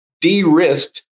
de-risked